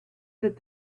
that